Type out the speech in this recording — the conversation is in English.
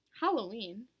Halloween